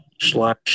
slash